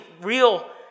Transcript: real